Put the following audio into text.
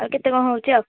ଆଉ କେତେ କଣ ହେଉଛି ଆଉ